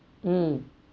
mm